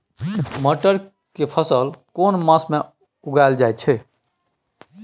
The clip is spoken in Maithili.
मटर के फसल केना मास में उगायल जायत छै?